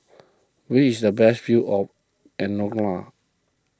where is the best view in andorra